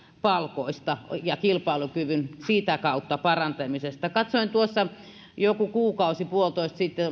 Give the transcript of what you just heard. palkoista ja kilpailukyvyn sitä kautta parantamisesta joku kuukausi puolitoista sitten